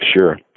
Sure